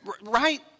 right